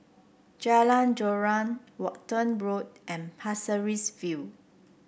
Jalan Joran Walton Road and Pasir Ris View